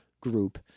group